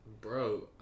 Bro